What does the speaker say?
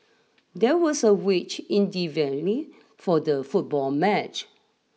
there was a witch in the venue for the football match